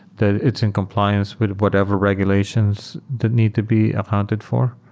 that it's in compliance with whatever regulations that need to be accounted for,